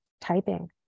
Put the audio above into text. typing